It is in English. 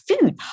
food